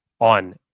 on